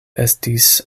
estis